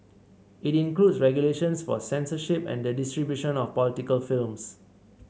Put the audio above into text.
it includes regulations for censorship and the distribution of political films